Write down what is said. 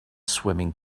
swimming